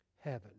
heaven